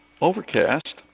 Overcast